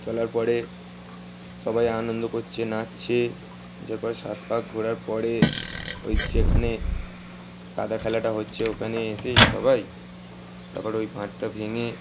চলার পরে সবাই আনন্দ করছে নাচছে যে পরে সাতপাক ঘোরার পরে ওই যেখানে কাদা খেলাটা হচ্ছে ওখানে এসেই সবাই তারপরে ওই ভাঁড়টা ভেঙে